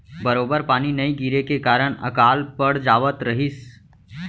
बरोबर पानी नइ गिरे के कारन अकाल पड़ जावत रहिस